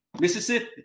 Mississippi